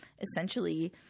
essentially